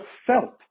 felt